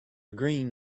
green